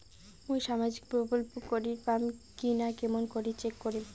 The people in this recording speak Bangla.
মুই সামাজিক প্রকল্প করির পাম কিনা কেমন করি চেক করিম?